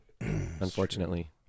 unfortunately